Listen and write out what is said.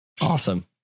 Awesome